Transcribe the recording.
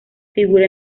figura